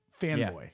fanboy